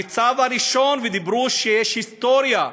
הניצב הראשון, ודיברו שזה היסטוריה,